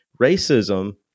racism